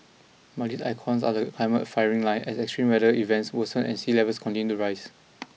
but these icons are the climate firing line as extreme weather events worsen and sea levels continue to rise